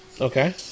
okay